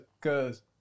cause